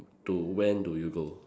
to when do you go